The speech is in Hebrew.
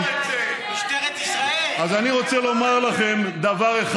לפני כמעט 70 שנים עמד ראש הממשלה דוד בן-גוריון בפני מליאת